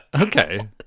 Okay